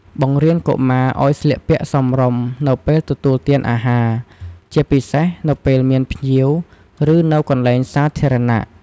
បង្រៀនកុមារឲ្យស្លៀកពាក់សមរម្យនៅពេលទទួលទានអាហារ ជាពិសេសនៅពេលមានភ្ញៀវ ឬនៅកន្លែងសាធារណៈ។